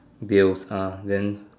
bills uh then